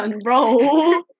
bro